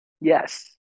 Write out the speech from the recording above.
yes